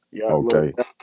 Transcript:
Okay